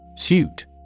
Suit